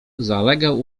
zalegał